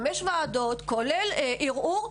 כולל ערעור,